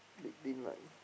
big team like